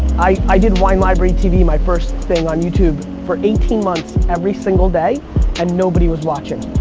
i did wine library tv my first thing on youtube for eighteen months, every single day and nobody was watching.